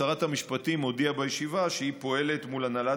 שרת המשפטים הודיעה בישיבה שהיא פועלת מול הנהלת